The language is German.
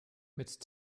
mit